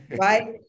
Right